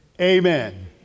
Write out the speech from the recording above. Amen